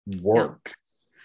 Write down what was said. works